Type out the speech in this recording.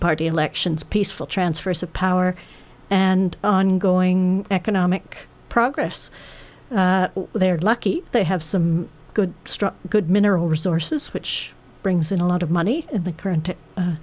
party elections peaceful transfer of power and ongoing economic progress they are lucky they have some good struck good mineral resources which brings in a lot of money in the current